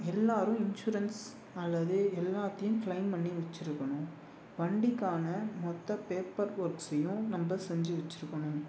எல்லோரும் இன்ஷூரன்ஸ் அல்லது எல்லாத்தையும் க்ளைம் பண்ணி வச்சுர்க்கணும் வண்டிக்கான மொத்த பேப்பர் ஒர்க்ஸையும் நம்ப செஞ்சு வச்சுர்க்கணும்